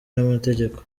n’amategeko